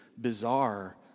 bizarre